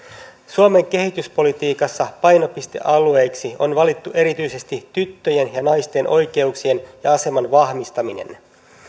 suomen kehityspolitiikassa painopistealueeksi on valittu erityisesti tyttöjen ja naisten oikeuksien ja aseman vahvistaminen